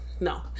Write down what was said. no